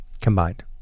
combined